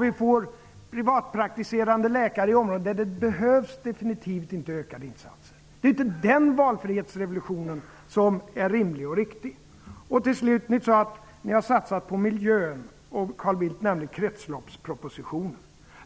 Vi får privatpraktiserande läkare i områden där det definitivt inte behövs ökade insatser. Den valfrihetsrevolutionen är inte rimlig och riktig. Ni sade att ni har satsat på miljön. Carl Bildt nämnde kretsloppspropositionen.